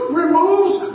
removes